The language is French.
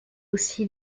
aussi